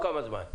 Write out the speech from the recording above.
תוך כמה זמן?